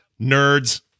Nerds